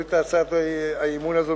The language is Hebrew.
להוריד את הצעת האי-אמון הזאת